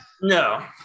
No